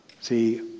See